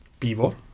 Pivo